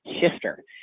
shifter